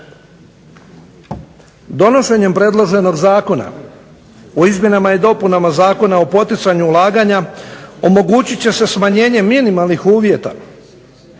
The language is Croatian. Donošenjem predloženog Zakona o izmjenama i dopunama Zakona o poticanju ulaganja omogućit će se smanjenje minimalnih uvjeta